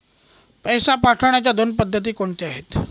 पैसे पाठवण्याच्या दोन पद्धती कोणत्या आहेत?